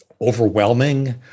overwhelming